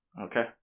Okay